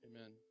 Amen